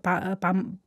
pa a pam